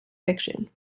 fiction